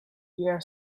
year